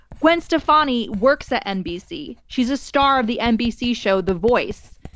gwen stefanie works at nbc. she's a star of the nbc show, the voice,